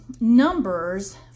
Numbers